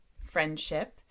friendship